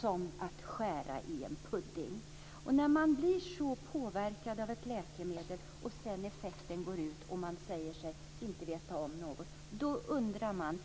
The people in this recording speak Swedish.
som att skära i en pudding. Man blir så påverkad av ett läkemedel att man inte säger sig veta någonting när effekten klingar av.